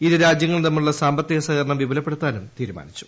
ഇരു രാജ്യങ്ങളും തമ്മിലുള്ള സാമ്പത്തിക സഹകരണം വിപുലപ്പെടുത്തുവാനും തീരുമാനിച്ചു